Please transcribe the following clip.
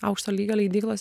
aukšto lygio leidyklos